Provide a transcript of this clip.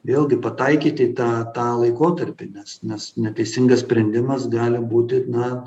vėlgi pataikyti tą tą laikotarpį nes nes neteisingas sprendimas gali būti na